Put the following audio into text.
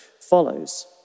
follows